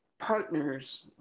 partners